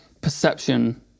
perception